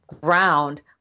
ground